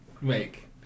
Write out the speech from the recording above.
make